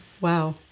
wow